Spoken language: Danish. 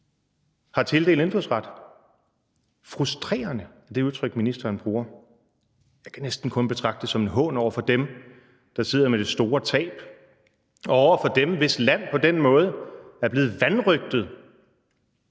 har tildelt indfødsret. Frustrerende er det udtryk, ministeren bruger. Jeg kan næsten kun betragte det som en hån over for dem, der sidder med det store tab, og over for dem, hvis land på den måde er blevet vanrøgtet.